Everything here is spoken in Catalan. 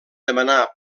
demanar